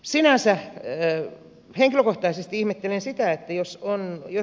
sinänsä henkilökohtaisesti miten esittää jos on jo